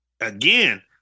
again